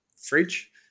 fridge